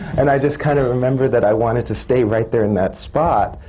and i just kind of remember that i wanted to stay right there in that spot.